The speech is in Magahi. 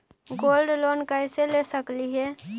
गोल्ड लोन कैसे ले सकली हे?